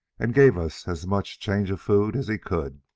and gave us as much change of food as he could,